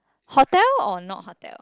hotel or not hotel